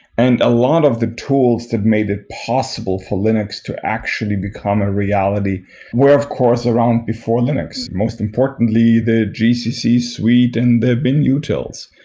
and a lot of the tools that made it possible for linux to actually become a reality where of course around before linux. most importantly, the gcc suite and the binutils.